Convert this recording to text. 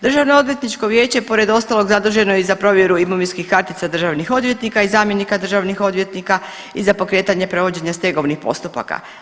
Državnoodvjetničko vijeće pored ostalog zaduženo je i za provjeru imovinskih kartica državnih odvjetnika i zamjenika državnih odvjetnika i za pokretanje provođenja stegovnih postupaka.